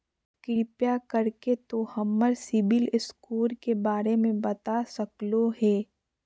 कृपया कर के तों हमर सिबिल स्कोर के बारे में बता सकलो हें?